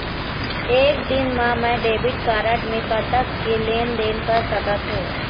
एक दिन मा मैं डेबिट कारड मे कतक के लेन देन कर सकत हो?